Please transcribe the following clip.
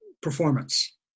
performance